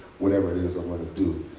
whatever it is is i'm going to do.